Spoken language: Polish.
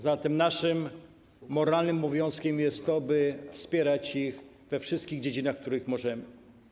Zatem naszym moralnym obowiązkiem jest to, by wspierać ich we wszystkich dziedzinach, w których możemy.